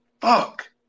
fuck